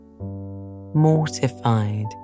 Mortified